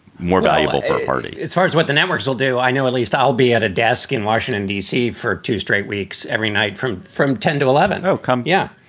more valuable for a party as far as what the networks will do i know at least i'll be at a desk in washington, d c. for two straight weeks every night from from ten to eleven. oh, yeah.